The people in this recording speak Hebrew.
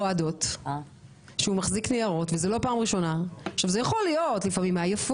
דבר שני, הרי שוב